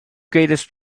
greatest